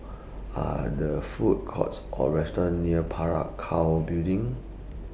Are The Food Courts Or restaurants near Parakou Building